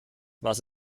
was